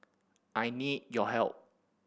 I need your help